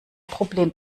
problem